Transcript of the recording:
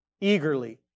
eagerly